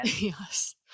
Yes